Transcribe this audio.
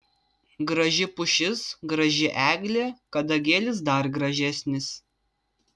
graži pušis graži eglė kadagėlis dar gražesnis